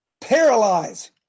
Paralyze